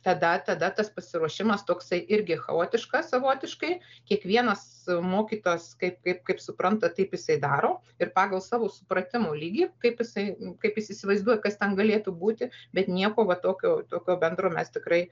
tada tada tas pasiruošimas toksai irgi chaotiškas savotiškai kiekvienas mokytojas kaip kaip kaip supranta taip jisai daro ir pagal savo supratimo lygį kaip jisai kaip jis įsivaizduoja kas ten galėtų būti bet nieko va tokio tokio bendro mes tikrai